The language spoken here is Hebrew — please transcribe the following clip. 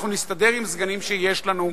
אנחנו נסתדר עם הסגנים שיש לנו.